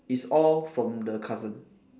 it's all from the cousin